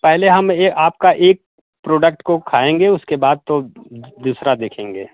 पहले हम ये आपका एक प्रोडक्ट को खाएंगे उसके बाद तो दूसरा देखेंगे